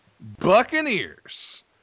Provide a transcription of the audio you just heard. Buccaneers